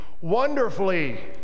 wonderfully